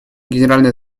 генеральной